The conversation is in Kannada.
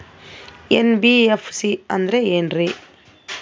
ಎನ್.ಬಿ.ಎಫ್.ಸಿ ಅಂದ್ರ ಏನ್ರೀ?